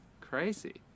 crazy